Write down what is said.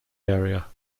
area